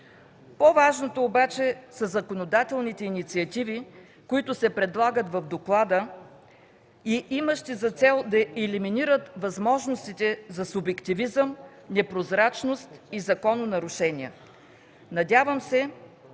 По-важното обаче са законодателните инициативи, които се предлагат в доклада, имащи за цел да елиминират възможностите за субективизъм, непрозрачност и закононарушения. Надявам се